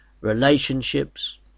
relationships